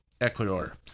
Ecuador